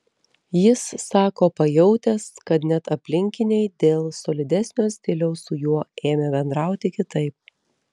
jis sako pajautęs kad net aplinkiniai dėl solidesnio stiliaus su juo ėmė bendrauti kitaip